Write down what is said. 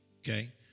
Okay